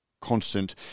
constant